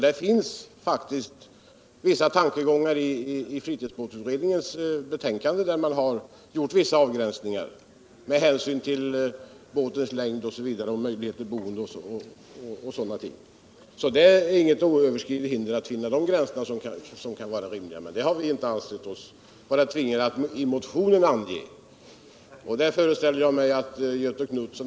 Det finns faktiskt vissa tankegångar att bygga på i fritidsbåtutredningens betänkande, där man har gjort vissa avgränsningar med hänsyn till båtens längd, möjlighet att bo ombord och sådana ting. Det finns inget oöverstigligt hinder när det gäller att formulera rimliga bestämmelser, men vi har inte ansett oss vara tvingade att ange sådana i motionen. Jag föreställer mig at Göthe Knutson.